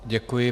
Děkuji.